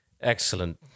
Excellent